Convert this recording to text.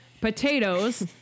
potatoes